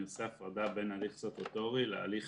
אני עושה הפרדה בין הליך סטטוטורי להליך